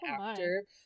actor